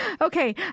okay